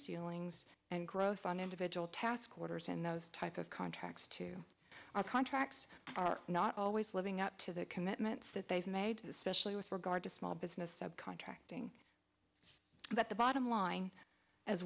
ceilings and growth on individual task orders and those type of contracts to our contracts are not always living up to the commitments that they've made especially with regard to small business sub contracting but the bottom line as